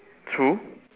true